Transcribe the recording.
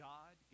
God